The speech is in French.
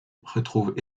retrouvent